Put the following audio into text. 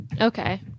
okay